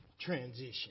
transition